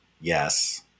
yes